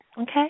Okay